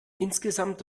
insgesamt